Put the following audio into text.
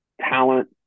talent